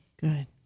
Good